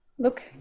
Look